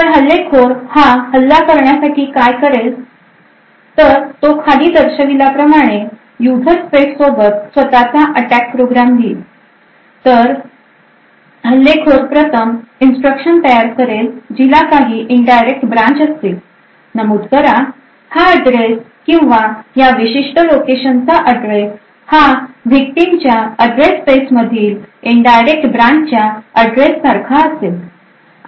तर हल्लेखोर हा हल्ला करण्यासाठी काय करेल तर तो खाली दर्शविल्याप्रमाणे यूजर स्पेस सोबत स्वतः चा अटॅक प्रोग्राम लिहेल तर हल्लेखोर प्रथम इन्स्ट्रक्शन तयार करेल जिला काही indirect branch असतील नमूद करा हा address किंवा ह्या विशिष्ट लोकेशनचा address हा victim च्या address space मधील indirect branch च्या address सारखा असेल